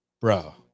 Bro